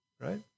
right